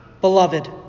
beloved